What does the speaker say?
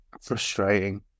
frustrating